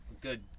Good